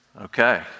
Okay